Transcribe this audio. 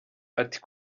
ati